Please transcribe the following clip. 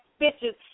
bitches